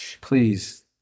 Please